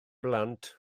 blant